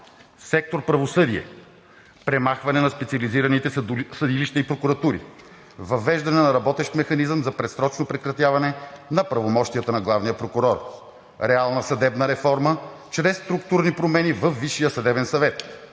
сектор „Правосъдие“ – премахване на специализираните съдилища и прокуратури; въвеждане на работещ механизъм за предсрочно прекратяване на правомощията на главния прокурор; реална съдебна реформа чрез структурни промени във Висшия съдебен съвет;